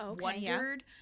wondered